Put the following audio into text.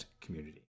community